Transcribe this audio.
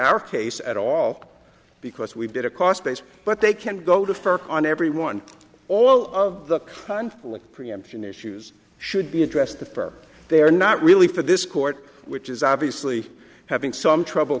our case at all because we did a cost base but they can go to first on everyone all of the conflict preemption issues should be addressed the for they're not really for this court which is obviously having some trouble